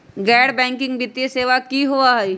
गैर बैकिंग वित्तीय सेवा की होअ हई?